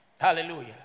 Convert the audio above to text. Hallelujah